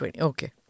Okay